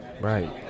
Right